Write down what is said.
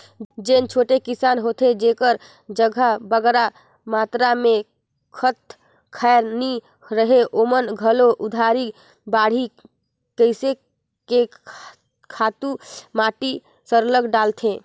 जेन छोटे किसान होथे जेकर जग बगरा मातरा में खंत खाएर नी रहें ओमन घलो उधारी बाड़ही कइर के खातू माटी सरलग डालथें